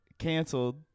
canceled